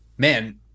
Man